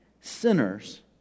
sinners